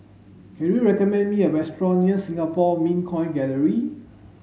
can you recommend me a restaurant near Singapore Mint Coin Gallery